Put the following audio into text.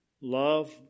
Love